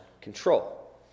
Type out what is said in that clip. control